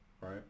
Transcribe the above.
right